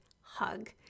hug